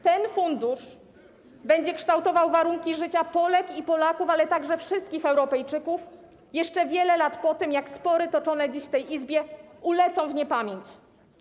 Ten fundusz będzie kształtował warunki życia Polek i Polaków, ale także wszystkich Europejczyków jeszcze wiele lat po tym, jak spory toczone dziś w tej Izbie ulecą w niepamięć.